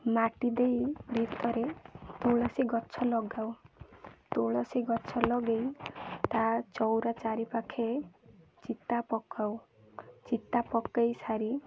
ମାଟି ଦେଇ ଭିତରେ ତୁଳସୀ ଗଛ ଲଗାଉ ତୁଳସୀ ଗଛ ଲଗେଇ ତା ଚଉରା ଚାରିପାଖେ ଚିତା ପକାଉ ଚିତା ପକେଇ ସାରି